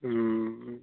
हूँ